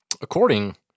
According